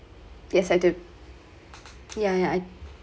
yes I do yeah yeah I I